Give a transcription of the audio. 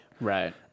Right